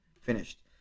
finished